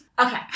Okay